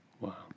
Wow